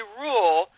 rule